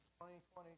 2020